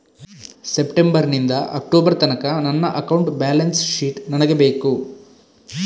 September ನಿಂದ October ತನಕ ನನ್ನ ಅಕೌಂಟ್ ಬ್ಯಾಲೆನ್ಸ್ ಶೀಟ್ ನನಗೆ ಬೇಕು